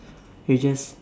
he just